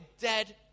dead